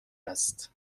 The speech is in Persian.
است